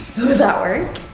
would that work?